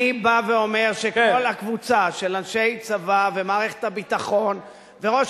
אני בא ואומר שכל הקבוצה של אנשי צבא ומערכת הביטחון וראש